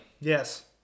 Yes